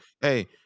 Hey